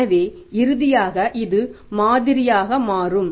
எனவே இறுதியாக இது மாதிரியாக மாறும்